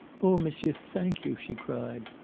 oh, monsieur, thank you! she cried,